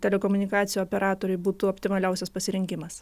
telekomunikacijų operatoriui būtų optimaliausias pasirinkimas